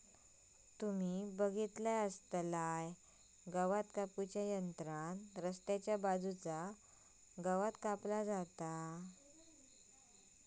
तुम्ही बगलासच आसतलास गवात कापू च्या यंत्रान रस्त्याच्या बाजूचा गवात कापला जाता